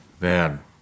man